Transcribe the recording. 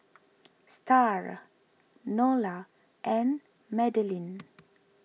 Starr Nola and Madilyn